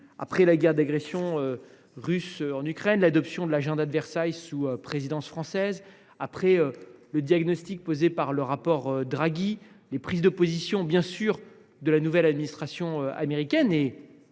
de la guerre d’agression russe en Ukraine et l’adoption de l’agenda de Versailles durant la présidence française, après le diagnostic établi par le rapport Draghi, après les prises de position de la nouvelle administration américaine et